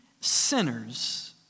sinners